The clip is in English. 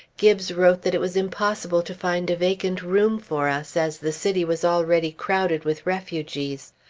gibbes wrote that it was impossible to find a vacant room for us, as the city was already crowded with refugees.